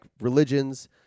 religions